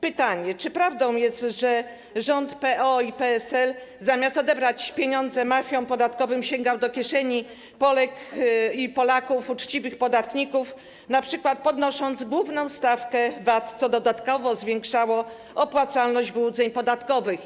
Pytanie: Czy prawdą jest, że rząd PO i PSL zamiast odebrać pieniądze mafiom podatkowym, sięgał do kieszeni Polek i Polaków, uczciwych podatników, np. podnosząc główną stawkę VAT, co dodatkowo zwiększało opłacalność wyłudzeń podatkowych?